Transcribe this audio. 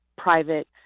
private